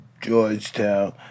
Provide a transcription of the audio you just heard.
Georgetown